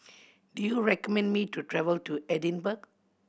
do you recommend me to travel to Edinburgh